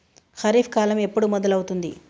ఖరీఫ్ కాలం ఎప్పుడు మొదలవుతుంది?